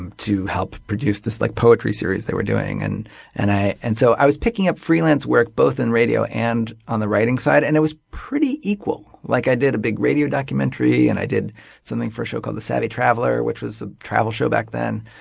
um to help produce this like poetry series they were doing. and and so i was picking up freelance work both in radio and on the writing side. and it was pretty equal. like i did a big radio documentary, and i did something for a show called the savvy traveler, which was a travel show back then.